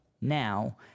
Now